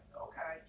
okay